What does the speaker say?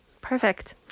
Perfect